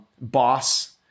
boss